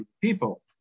people